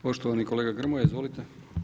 Poštovani kolega Grmoja, izvolite.